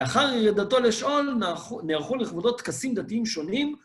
לאחר ירידתו לשאול, נערכו לכבודו טכסים דתיים שונים.